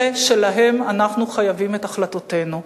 אלה שלהם אנחנו חייבים את החלטותינו.